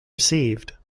received